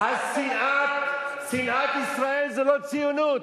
שנאת ישראל זה לא ציונות.